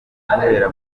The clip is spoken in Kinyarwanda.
guhera